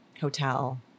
hotel